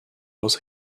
was